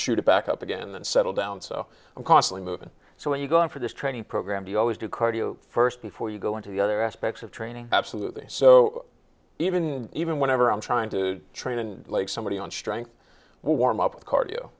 shoot it back up again then settle down so costly moving so when you go in for this training program you always do cardio first before you go into the other aspects of training absolutely so even even whenever i'm trying to train and like somebody on strength warm up with cardio